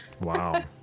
Wow